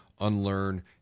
unlearn